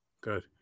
Good